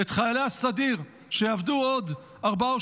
את חיילי הסדיר שיעבדו עוד ארבעה או